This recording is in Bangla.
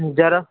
যারা